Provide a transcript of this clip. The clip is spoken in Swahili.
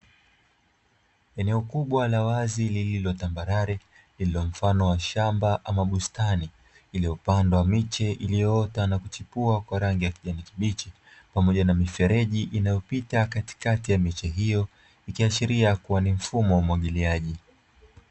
Eneo kubwa la wazinlililotambarare lililomfano wa shamba ama bustani iliyopandwa miche iliyoota na kuchipuwa kwa rangi ya kijani.